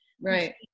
Right